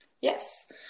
Yes